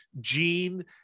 Gene